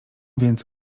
więc